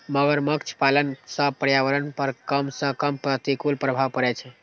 मगरमच्छ पालन सं पर्यावरण पर कम सं कम प्रतिकूल प्रभाव पड़ै छै